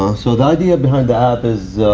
um so the idea behind the app is